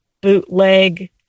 bootleg